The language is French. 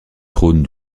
trône